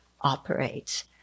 operates